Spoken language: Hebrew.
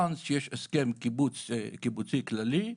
מרגע שיש הסכם קיבוצי כללי,